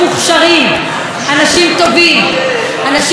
אנשים שמביאים את הסיפור המורכב,